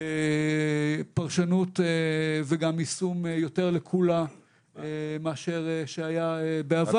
פרשנות וגם יישום יותר לקולא מאשר היה בעבר.